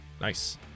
Nice